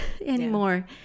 anymore